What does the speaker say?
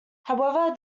however